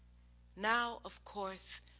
now of course,